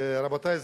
רבותי,